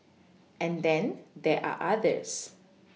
and then there are others